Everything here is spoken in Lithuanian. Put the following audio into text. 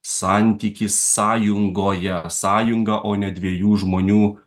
santykis sąjungoje sąjunga o ne dviejų žmonių